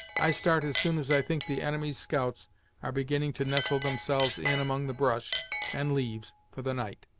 i start as soon as i think the enemy's scouts are beginning to nestle themselves in among the brush and leaves for the night.